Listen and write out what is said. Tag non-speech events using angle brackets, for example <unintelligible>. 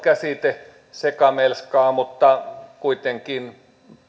<unintelligible> käsitesekamelskaa mutta kuitenkin